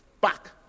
back